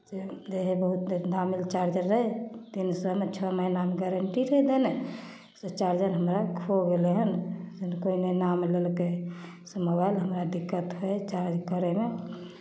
जे जे हइ बहुत दामी चार्जर रहै तीन सएमे छओ महीनाके गारंटी रहै देने से चार्जर हमरा खो गेलै हन से कोइ नहि नाम लेलकै से मोबाइल हमरा दिक्कत होइ हइ चार्ज करयमे